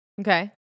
okay